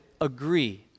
agree